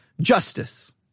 justice